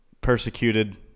persecuted